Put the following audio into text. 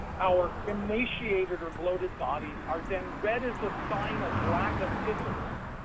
our emaciated or bloated bodies are then read as a sign of lack of discipline,